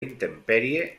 intempèrie